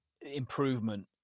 improvement